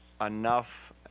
enough